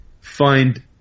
find